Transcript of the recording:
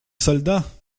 soldat